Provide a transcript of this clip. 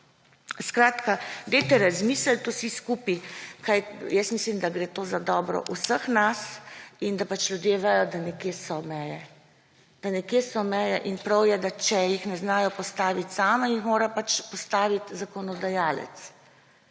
Skratka, dajte razmisliti vsi skupaj. Mislim, da gre to za dobro vseh nas in da pač ljudje vedo, da nekje so meje. Da nekje so meje in prav je, da če jih ne znajo postaviti sami, jih mora pač postaviti zakonodajalec.